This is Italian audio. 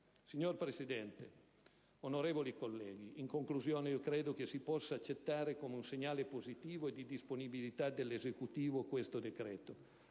Signora Presidente, onorevoli colleghi, in conclusione io credo che si possa accettare questo decreto come un segnale positivo e di disponibilità dell'Esecutivo, anche